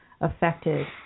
affected